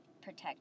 protect